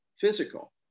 physical